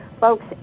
Folks